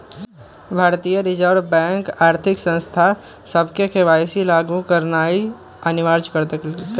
भारतीय reserve bank आर्थिक संस्था सभके के.वाई.सी लागु करनाइ अनिवार्ज क देलकइ